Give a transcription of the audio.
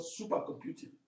supercomputing